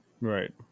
Right